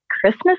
Christmas